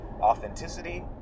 authenticity